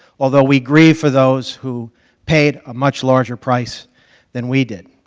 although we grieve for those who paid a much larger price than we did.